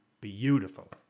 beautiful